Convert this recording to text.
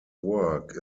work